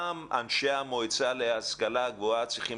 גם אנשי המועצה להשכלה גבוהה צריכים